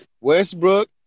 Westbrook